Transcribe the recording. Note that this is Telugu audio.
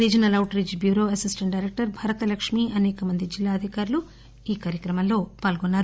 regional outreach bureau assistant director Bharata Lakshmi అనేకమంది జిల్లా అధికారులు ఈ కార్యక్రమంలో పాల్గొన్నారు